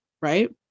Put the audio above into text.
Right